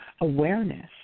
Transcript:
awareness